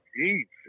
Jesus